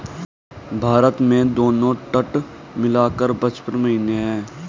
भारत में दोनों तट मिला कर पचपन मुहाने हैं